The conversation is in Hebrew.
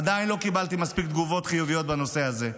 עדיין לא קיבלתי מספיק תגובות חיוביות בנושא הזה.